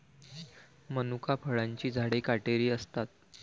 मनुका फळांची झाडे काटेरी असतात